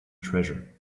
treasure